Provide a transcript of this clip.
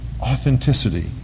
Authenticity